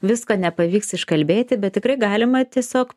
visko nepavyks iškalbėti bet tikrai galima tiesiog